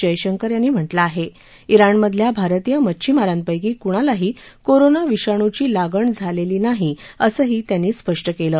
जयशंकर यांनी म्हटलं आहा इराणमधल्या भारतीय मच्छीमारांपैकी कुणालाही कोरोना विषाणूची लागण झालटी नाही असंही त्यांनी स्पष्ट कलि